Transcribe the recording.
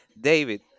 David